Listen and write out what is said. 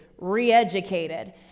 reeducated